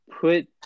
put